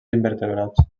invertebrats